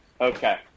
Okay